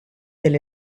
del